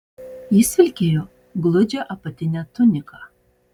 jis vilkėjo gludžią apatinę tuniką